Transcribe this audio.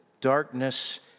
darkness